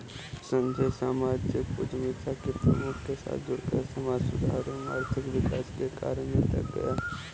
संजय सामाजिक उद्यमिता के प्रमुख के साथ जुड़कर समाज सुधार एवं आर्थिक विकास के कार्य मे लग गया